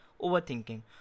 overthinking